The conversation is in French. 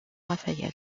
rafael